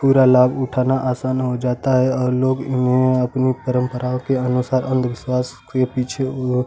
पूरा लाभ उठाना आसान हो जाता है और लोग यहाँ अपनी परम्पराओं के हमेशा अंधविश्वास के पीछे वो